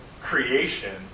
creation